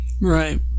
Right